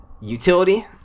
utility